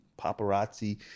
paparazzi